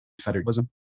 Federalism